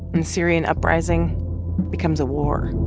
the syrian uprising becomes a war.